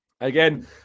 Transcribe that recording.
again